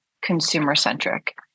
consumer-centric